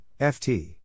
FT